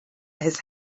his